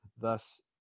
Thus